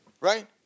Right